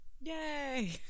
yay